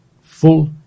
full